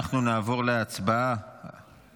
אנחנו נעבור להצבעה על